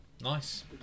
Nice